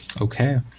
okay